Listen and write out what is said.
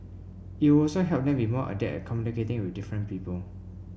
it would also help them be more adept at communicating with different people